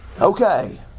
Okay